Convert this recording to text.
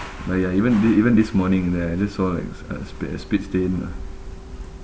like ya even th~ even this morning there I just saw like uh sp~ uh spit stain ah